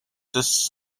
death